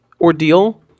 ordeal